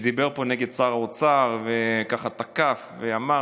שדיבר פה נגד שר האוצר וככה תקף ואמר